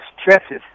stresses